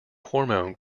hormone